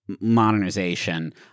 modernization